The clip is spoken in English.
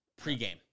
pregame